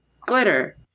Glitter